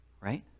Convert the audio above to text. Right